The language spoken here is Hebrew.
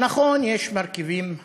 נכון, יש מרכיבים פנימיים.